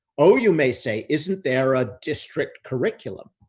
oh, you may say isn't there a district curriculum?